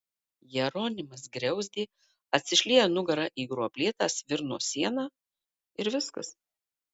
jeronimas griauzdė atsišlieja nugara į gruoblėtą svirno sieną ir viskas